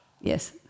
yes